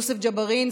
יוסף ג'בארין,